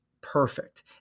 perfect